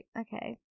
Okay